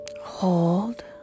hold